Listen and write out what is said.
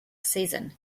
season